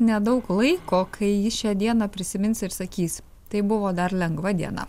nedaug laiko kai jis šią dieną prisimins ir sakys tai buvo dar lengva diena